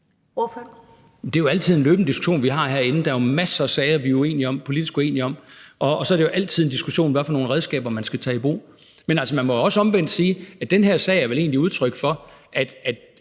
Det er jo altid en løbende diskussion, vi har herinde. Der er masser af sager, vi er uenige om, politisk uenige om, og så er det altid en diskussion, hvad for nogle redskaber, man skal tage i brug. Men altså, man må også omvendt sige, at den her sag jo faktisk blev